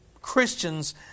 Christians